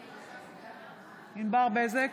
בהצבעה ענבר בזק,